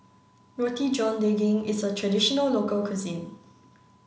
Roti John Daging is a traditional local cuisine